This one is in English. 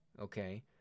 okay